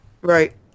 Right